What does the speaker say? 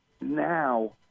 now